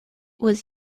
was